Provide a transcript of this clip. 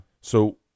So-